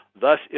Thus